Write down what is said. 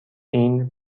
این